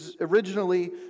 originally